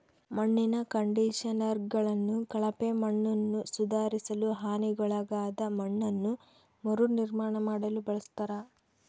ಮಣ್ಣಿನ ಕಂಡಿಷನರ್ಗಳನ್ನು ಕಳಪೆ ಮಣ್ಣನ್ನುಸುಧಾರಿಸಲು ಹಾನಿಗೊಳಗಾದ ಮಣ್ಣನ್ನು ಮರುನಿರ್ಮಾಣ ಮಾಡಲು ಬಳಸ್ತರ